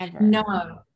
no